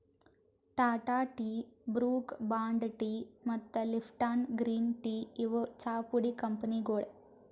Tata tea, Brooke Bond tea ಮತ್ತ್ Lipton green tea ಇವ್ ಚಾಪುಡಿ ಕಂಪನಿಗೊಳ್